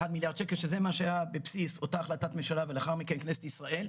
מיליוני שקלים שזה מה שהיה בבסיס אותה החלטת ממשלה ולאחר מכן כנסת ישראל,